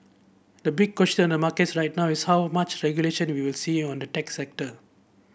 the big question on the markets right now is how much regulation we will see on the tech sector